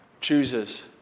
chooses